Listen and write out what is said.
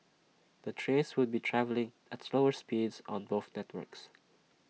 the trains would be travelling at slower speeds on both networks